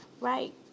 right